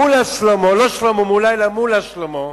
מולה שלמה לא שלמה מולה אלא מולה שלמה,